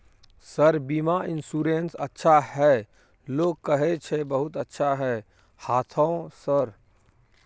Sir बीमा insurance अच्छा है लोग कहै छै बहुत अच्छा है हाँथो सर?